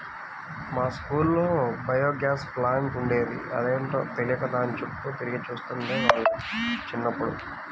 మా స్కూల్లో biogas plant ఉండేది, అదేంటో తెలియక దాని చుట్టూ తిరిగి చూస్తుండే వాళ్ళం చిన్నప్పుడు